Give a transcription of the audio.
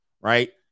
right